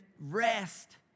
rest